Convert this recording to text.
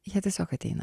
jie tiesiog ateina